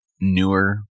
newer